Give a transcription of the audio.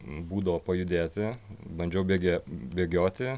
būdo pajudėti bandžiau bėge bėgioti